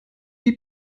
die